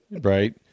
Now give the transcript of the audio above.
right